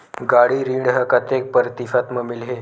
गाड़ी ऋण ह कतेक प्रतिशत म मिलही?